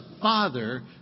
Father